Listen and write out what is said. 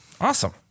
awesome